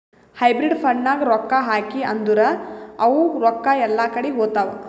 hybrid ಫಂಡ್ನಾಗ್ ರೊಕ್ಕಾ ಹಾಕಿ ಅಂದುರ್ ಅವು ರೊಕ್ಕಾ ಎಲ್ಲಾ ಕಡಿ ಹೋತ್ತಾವ್